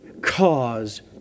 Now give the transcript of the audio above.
cause